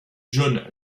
jon